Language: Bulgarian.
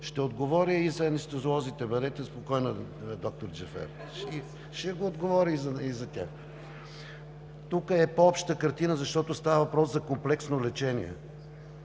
Ще отговоря и за анестезиолозите, бъдете спокойна, доктор Джафер. Тук е по обща картина, защото става въпрос за комплексно лечение.